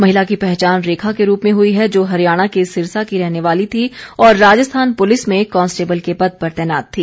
महिला की पहचान रेखा के रूप में हुई है जो हरियाणा के सिरसा की रहने वाली थी और राजस्थान पुलिस में कांस्टेबल के पद पर तैनात थी